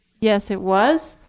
yes, it was.